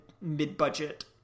mid-budget